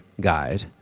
guide